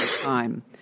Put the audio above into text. time